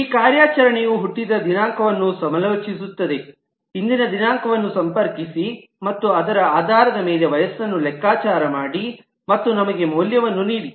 ಈ ಕಾರ್ಯಾಚರಣೆಯು ಹುಟ್ಟಿದ ದಿನಾಂಕವನ್ನು ಸಮಾಲೋಚಿಸುತ್ತದೆ ಇಂದಿನ ದಿನಾಂಕವನ್ನು ಸಂಪರ್ಕಿಸಿ ಮತ್ತು ಅದರ ಆಧಾರದ ಮೇಲೆ ವಯಸ್ಸನ್ನು ಲೆಕ್ಕಾಚಾರ ಮಾಡಿ ಮತ್ತು ನಮಗೆ ಮೌಲ್ಯವನ್ನು ನೀಡಿ